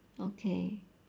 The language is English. okay